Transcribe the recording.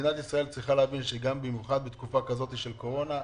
מדינת ישראל צריכה להבין שבמיוחד בתקופה כזאת של קורונה,